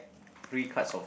three cards of